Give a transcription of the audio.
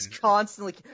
constantly